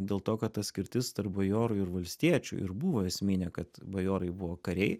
dėl to kad ta skirtis tarp bajorų ir valstiečių ir buvo esminė kad bajorai buvo kariai